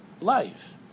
life